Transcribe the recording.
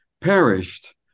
perished